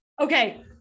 Okay